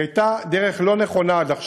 הייתה דרך לא נכונה עד עכשיו,